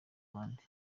abandi